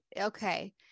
Okay